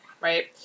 right